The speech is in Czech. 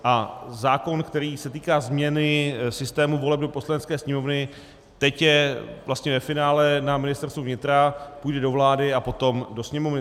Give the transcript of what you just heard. A zákon, který se týká změny systému voleb do Poslanecké sněmovny, teď je vlastně ve finále na Ministerstvu vnitra, půjde do vlády a potom do Sněmovny.